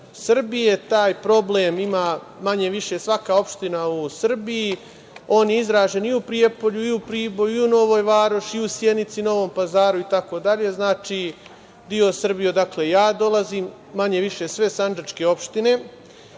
Srbije. Taj problem ima manje-više svaka opština u Srbiji. On je izražen i u Prijepolju i u Priboju i u Novoj Varoši i u Sjenici i Novom Pazaru itd, znači deo Srbije odakle ja dolazim, manje-više sve sandžačke opštine.